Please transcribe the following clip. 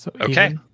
Okay